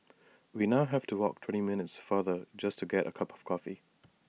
we now have to walk twenty minutes farther just to get A cup of coffee